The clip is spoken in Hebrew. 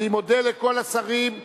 אני מודה לכל השרים,